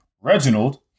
Reginald